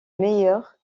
meilleurs